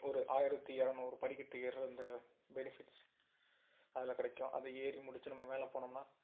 ஒரு ஆயிரத்தி இரநூறு படிக்கட்டு ஏறுகிற அந்த பெனிஃபிட்ஸ் அதில் கிடைக்கும் அதை ஏறி முடிச்சு நம்ம மேலே போனோம்னால்